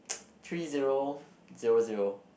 three zero zero zero